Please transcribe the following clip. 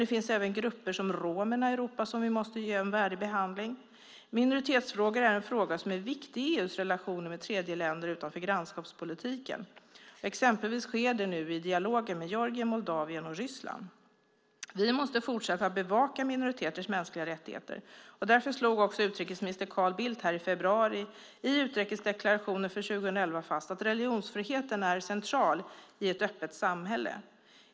Det finns även grupper, till exempel romerna i Europa, som vi måste ge en värdig behandling. Minoritetsfrågor är viktiga i EU:s relationer med tredjeländer utanför grannskapspolitiken. Exempelvis sker det i dialoger med Georgien, Moldavien och Ryssland. Vi måste fortsätta att bevaka minoriteters mänskliga rättigheter. Därför slog också utrikesminister Carl Bildt fast i februari i utrikesdeklarationen för 2011 att religionsfriheten är central i ett öppet samhälle.